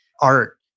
art